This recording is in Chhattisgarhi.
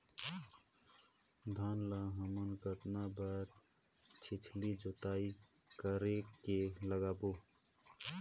धान ला हमन कतना बार छिछली जोताई कर के लगाबो?